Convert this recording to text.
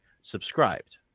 subscribed